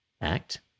Act